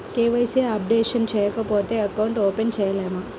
KYC updation చేయకపోతే account open చేయలేమా?